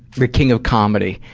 the king of comedy,